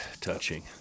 Touching